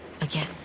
again